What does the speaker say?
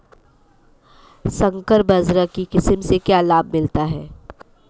संकर बाजरा की किस्म से क्या लाभ मिलता है?